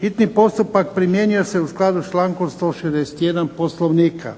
Hitni postupak primjenjuje se u skladu s člankom 161. Poslovnika.